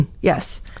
Yes